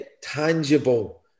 Tangible